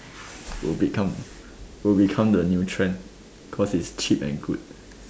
will become will become the new trend because its cheap and good